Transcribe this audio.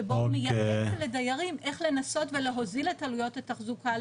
שבו מייעצים לדיירים איך לנסות ולהוזיל את עלויות התחזוקה.